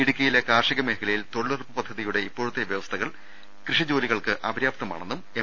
ഇടുക്കിയിലെ കാർഷിക മേഖലയിൽ തൊഴിലുറപ്പ് പദ്ധ തിയുടെ ഇപ്പോഴത്തെ വ്യവസ്ഥകൾ കൃഷി ജോലികൾക്ക് അപര്യാപ്തമാണെന്നും എം